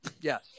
Yes